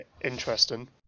interesting